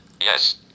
Yes